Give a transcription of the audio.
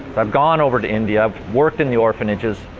i've gone over to india, worked in the orphanages,